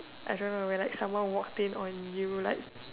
I don't know when like someone walked in on you like